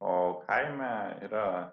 o kaime yra